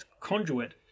conduit